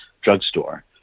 drugstore